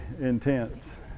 intense